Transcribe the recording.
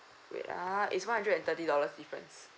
wait ah is one hundred and thirty dollars difference